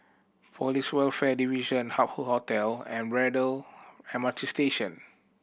Police Welfare Division Hup Hoe Hotel and Braddell M R T Station